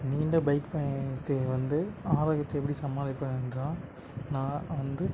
நீண்ட பைக் பயணத்தை வந்து ஆரோக்கியத்தை எப்படி சமாளிப்பேன் என்றால் நான் வந்து